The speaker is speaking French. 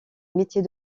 métier